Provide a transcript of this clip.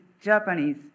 Japanese